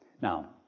Now